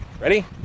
ready